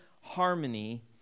harmony